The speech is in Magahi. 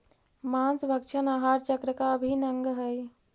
माँसभक्षण आहार चक्र का अभिन्न अंग हई